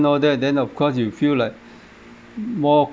all that then of course you feel like more